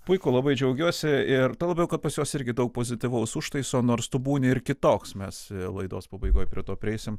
puiku labai džiaugiuosi ir tuo labiau kad pas juos irgi daug pozityvaus užtaiso nors tu būni ir kitoks mes laidos pabaigoj prie to prieisim